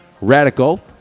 Radical